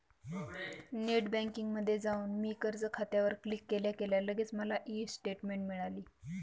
net बँकिंगमध्ये जाऊन मी कर्ज खात्यावर क्लिक केल्या केल्या लगेच मला ई स्टेटमेंट मिळाली